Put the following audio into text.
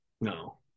No